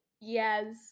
Yes